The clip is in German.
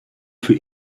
für